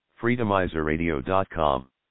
Freedomizerradio.com